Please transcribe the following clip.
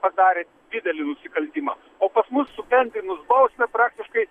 padarė didelį nusikaltimą o pas mus sukeltinus bausmę praktiškai